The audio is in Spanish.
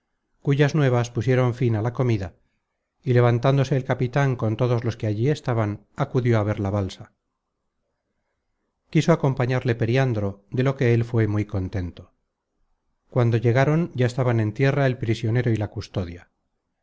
cuyas nuevas pusieron fin á la comida y levantándose el capitan con todos los que allí estaban acudió á ver la balsa quiso acompañarle periandro de lo que el fué muy contento cuando llegaron ya estaban en tierra el prisionero y la custodia